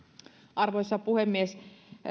arvoisa puhemies